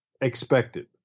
expected